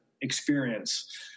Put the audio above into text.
experience